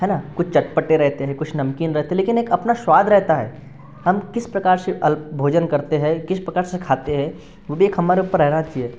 है ना कुछ चटपटे रहते हैं कुछ नमकीन रहते हैं लेकिन एक अपना स्वाद रहता है हम किस प्रकार से अल्प भोजन करते हैं किस प्रकार से खाते हैं वो भी एक हमारे ऊपर है